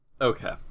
Okay